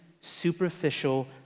superficial